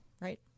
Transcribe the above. right